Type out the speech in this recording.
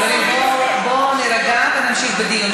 חברים, בואו נירגע ונמשיך בדיון.